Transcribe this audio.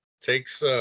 Takes